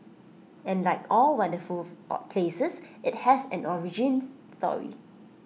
and like all wonderful places IT has an origin story